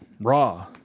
Raw